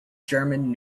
german